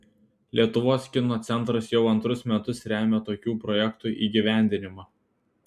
lietuvos kino centras jau antrus metus remia tokių projektų įgyvendinimą